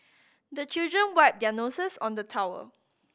the children wipe their noses on the towel